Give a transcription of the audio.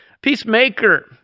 peacemaker